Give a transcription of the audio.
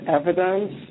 evidence